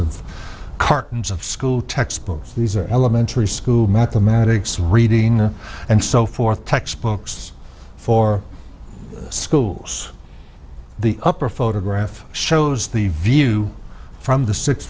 of cartons of school textbooks these are elementary school mathematics reading and so forth textbooks for schools the upper photograph shows the view from the sixth